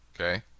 Okay